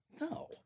No